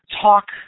talk